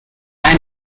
ann